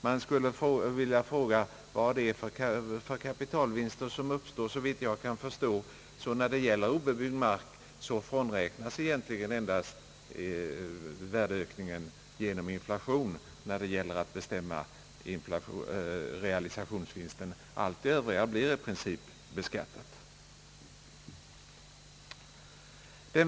Jag vill fråga vad det är för skattefria kapitalvinster som uppstår. Vad beträffar obebyggd mark frånräknas, såvitt jag kan förstå, endast värdeökningen till följd av inflationen när det gäller att bestämma realisationsvinsten. Allt det övriga blir i princip beskattat.